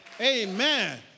Amen